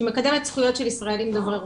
שמקדמת זכויות של ישראלים דוברי רוסית.